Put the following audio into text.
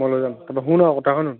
মই লৈ যাম তাৰপৰা শুন আকৌ কথাষাৰ শুন